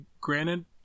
granted